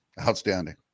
outstanding